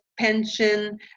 pension